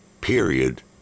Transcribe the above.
period